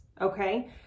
okay